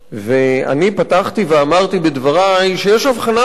אני פתחתי ואמרתי בדברי שיש הבחנה ברורה,